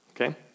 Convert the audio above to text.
Okay